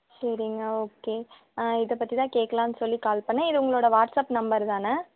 சரிங்க ஓகே ஆ இதை பற்றி தான் கேட்கலாம்னு சொல்லி கால் பண்ணேன் இது உங்களோட வாட்ஸ் அப் நம்பர் தானே